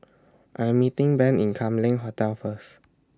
I'm meeting Ben in Kam Leng Hotel First